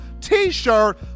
T-shirt